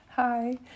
Hi